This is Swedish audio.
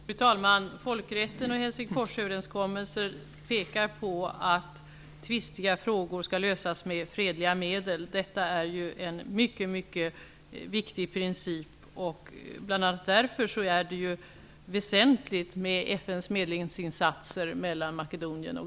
Fru talman! Folkrätten och Helsingforsöverenskommelsen pekar på att tvistiga frågor skall lösas med fredliga medel. Detta är en mycket viktig prinicip. Bl.a. därför är det väsentligt med FN:s medlingsinsatser mellan Makedonien och